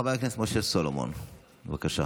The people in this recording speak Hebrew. חבר הכנסת משה סולומון, בבקשה.